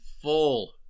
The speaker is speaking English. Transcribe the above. full